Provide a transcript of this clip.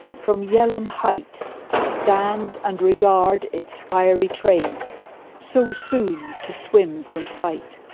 from yell'ham height stand and regard its fiery train so soon to swim from sight.